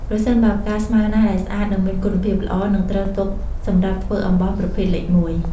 ប្រសិនបើផ្កាស្មៅណាដែលស្អាត និងមានគុណភាពល្អ នឹងត្រូវទុកសម្រាប់ធ្វើអំបោសប្រភេទលេខ១។